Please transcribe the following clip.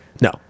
No